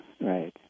right